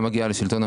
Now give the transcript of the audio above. כרגע הוא אינו בנוסח.